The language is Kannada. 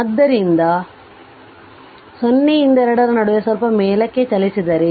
ಆದ್ದರಿಂದ 0 ರಿಂದ 2 ರ ನಡುವೆ ಸ್ವಲ್ಪ ಮೇಲಕ್ಕೆ ಚಲಿಸಿದರೆ